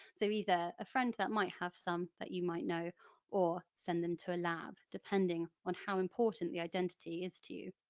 so either a friend that might have some that you know or send them to a lab, depending on how important the identity is to